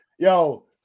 Yo